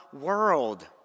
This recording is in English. world